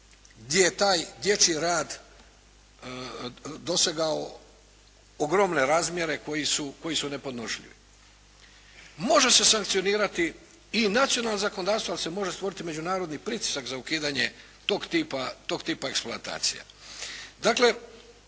gdje je taj dječju rad dosegao ogromne razmjere koji su nepodnošljivi. Može se sankcionirati i nacionalna zakonodavstva, ali se može stvoriti međunarodni pritisak za ukidanje tog tipa eksploatacija.